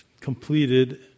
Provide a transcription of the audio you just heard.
completed